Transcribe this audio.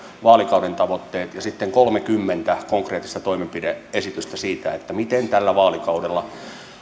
vaalikauden tavoitteet ja sitten kolmekymmentä konkreettista toimenpide esitystä siitä miten tällä vaalikaudella